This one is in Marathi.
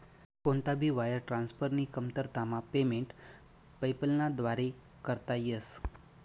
कोणता भी वायर ट्रान्सफरनी कमतरतामा पेमेंट पेपैलना व्दारे करता येस